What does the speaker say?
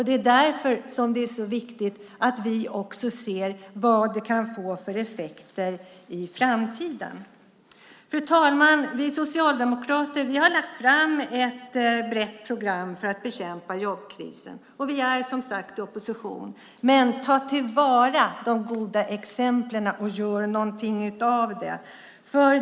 Det är därför som det är så viktigt att vi också ser vad det kan få för effekter i framtiden. Fru talman! Vi socialdemokrater har lagt fram ett brett program för att bekämpa jobbkrisen. Vi är, som sagt, i opposition. Ta till vara de goda exemplen och gör något av dem!